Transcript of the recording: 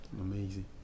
Amazing